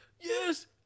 Yes